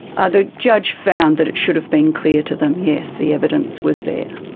ah the judge found that it should've been clear to them, yes. the evidence was there.